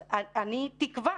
אז אני תקווה.